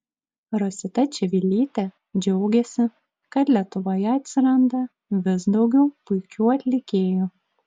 rosita čivilytė džiaugėsi kad lietuvoje atsiranda vis daugiau puikių atlikėjų